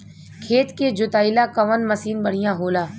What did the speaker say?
खेत के जोतईला कवन मसीन बढ़ियां होला?